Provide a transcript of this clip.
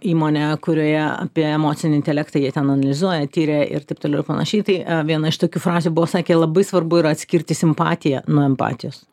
įmonė kurioje apie emocinį intelektą jie ten analizuoja tiria ir taip toliau ir panašiai tai viena iš tokių frazių buvo sakė labai svarbu yra atskirti simpatiją nuo empatijos